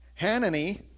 Hanani